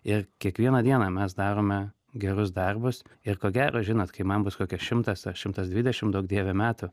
ir kiekvieną dieną mes darome gerus darbus ir ko gero žinot kai man bus kokia šimtas ar šimtas dvidešim duok dieve metų